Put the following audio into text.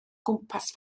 gwmpas